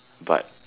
but